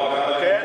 כן,